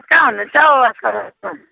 कहाँ हुनुहुन्छ हौ आजकल